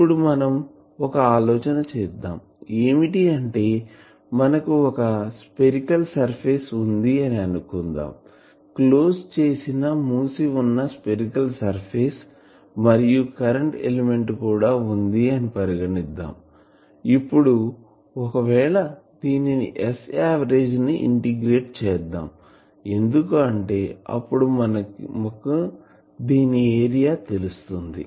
ఇప్పుడు మనం ఒక ఆలోచన చేద్దాం ఏమిటి అంటే మనకు ఒక స్పెరికల్ సర్ఫేస్ వుంది అని అనుకుందాం క్లోజ్ చేసిన మూసివున్నస్పెరికల్ సర్ఫేస్ మరియు కరెంటు ఎలిమెంట్ కూడా వుంది అనిపరిగణిద్దాం ఇప్పుడు ఒకవేళ దీనికి S ఆవరేజ్ ను ఇంటిగ్రేట్ చేద్దాం ఎందుకు అంటే అప్పుడు మనకు దీని ఏరియా తెలుస్తుంది